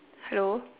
hello